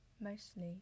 mostly